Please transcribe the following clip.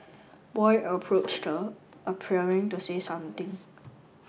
boy approached her appearing to say something